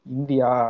India